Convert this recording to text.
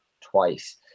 twice